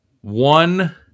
one